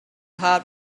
heart